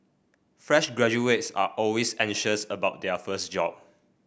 fresh graduates are always anxious about their first job